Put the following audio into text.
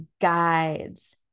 guides